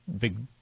big